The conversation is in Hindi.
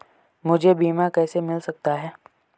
मुझे बीमा कैसे मिल सकता है?